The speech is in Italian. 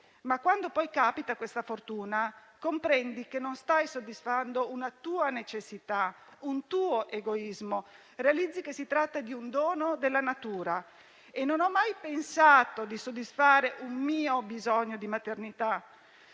Ma, quando poi capita questa fortuna, comprendi che non stai soddisfacendo una tua necessità o un tuo egoismo; realizzi che si tratta di un dono della natura. E non ho mai pensato di soddisfare un mio bisogno di maternità,